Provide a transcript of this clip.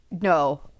No